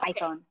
iPhone